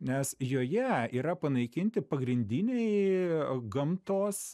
nes joje yra panaikinti pagrindiniai gamtos